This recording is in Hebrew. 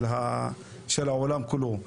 של העולם כולו.